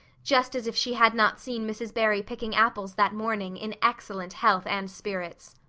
just as if she had not seen mrs. barry picking apples that morning in excellent health and spirits.